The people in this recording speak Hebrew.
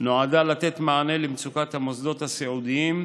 נועדה לתת מענה למצוקת המוסדות הסיעודיים,